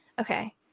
okay